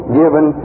given